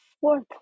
fourth